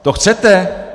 To chcete?